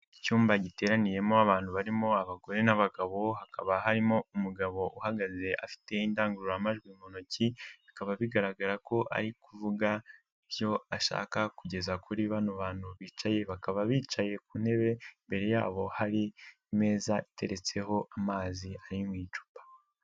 Icyumba giteraniyemo abantu barimo abagore n'abagabo, hakaba harimo umugabo uhagaze afite indangururamajwi mu ntoki, bikaba bigaragara ko ari kuvuga ibyo ashaka kugeza kuri bano bantu bicaye, bakaba bicaye ku ntebe imbere yabo hari imeza iteretseho amazi ari mu icupa.